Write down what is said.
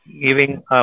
giving